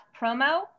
Promo